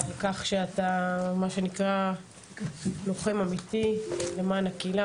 ועל כך שאתה מה שנקרא לוחם אמיתי למען הקהילה,